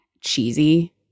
cheesy